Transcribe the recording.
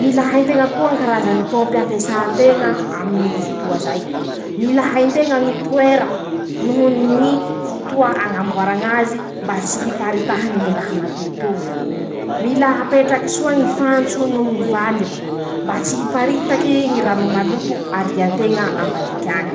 mila hay nteña koa ñy karazany ñy pômpy ampiasà nteña aminy ñy fotoa zay, mila hay nteña ñy toera noho ñy fotoa hamboara ñazy mba tsy hiparitahany ñy raha malot"oñy, mila apetraky soa ñy fantso noho ñy valiva mba tsy hiparitaky ñy rano maoloto arianteña ambalik'añ.